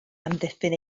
amddiffyn